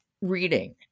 reading